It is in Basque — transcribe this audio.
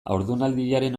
haurdunaldiaren